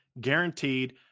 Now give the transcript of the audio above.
guaranteed